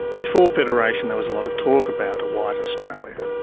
before federation there was a lot of talk about a white australia.